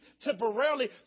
temporarily